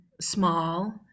small